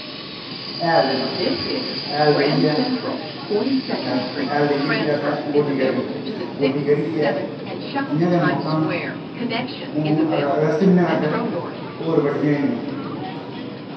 हैल देनां हैल देईयै हैल देईयै फिर असैं गोड्डी करनी गोड्डी करियै जियां गै मक्कां अस्सू म्हीनैं तक होर बड्डियां होई जानियां